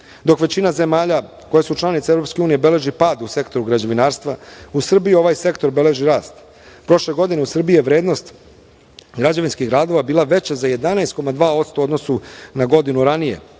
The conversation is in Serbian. Dok većina zemalja koje su članice EU beleži pad u Sektoru građevinarstva, u Srbiji ovaj sektor beleži rast. Prošle godine u Srbiji je vrednost građevinskih radova bila veća za 11,2% u odnosu na godinu ranije.